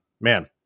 Man